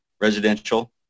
residential